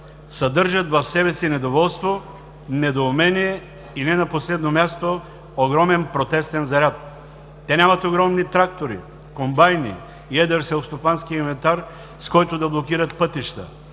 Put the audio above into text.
съдържат в себе си недоволство, недоумение и не на последно място – огромен протестен заряд. Те нямат огромни трактори, комбайни и едър селскостопански инвентар, с който да блокират пътища,